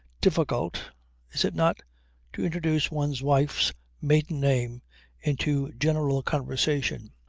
difficult is it not to introduce one's wife's maiden name into general conversation.